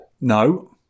No